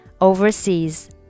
overseas